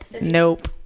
nope